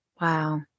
Wow